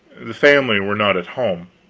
the family were not at home.